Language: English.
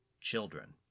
children